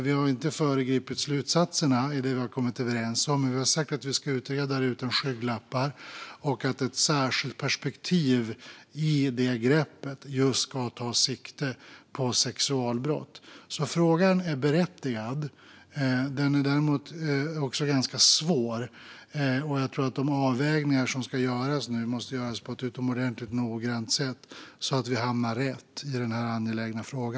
Vi har inte föregripit slutsatserna i det vi har kommit överens om, men vi har sagt att vi ska utreda detta utan skygglappar och att ett särskilt perspektiv i det greppet ska vara just sexualbrott. Frågan är alltså berättigad. Den är också ganska svår. Jag tror att de avvägningar som nu ska göras måste göras på ett utomordentligt noggrant sätt så att vi hamnar rätt i denna angelägna fråga.